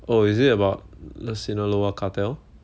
oh is it about cartel